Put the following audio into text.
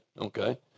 okay